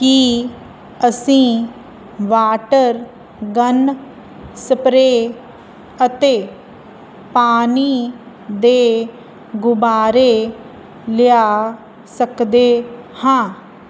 ਕੀ ਅਸੀਂ water gun spray ਅਤੇ ਪਾਣੀ ਦੇ ਗੁਬਾਰੇ ਲਿਆ ਸਕਦੇ ਹਾਂ